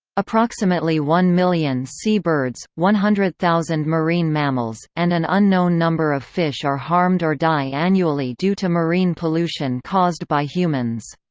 approximately one million sea birds, one hundred zero marine mammals, and an unknown number of fish are harmed or die annually due to marine pollution caused by humans.